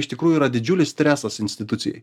iš tikrųjų yra didžiulis stresas institucijai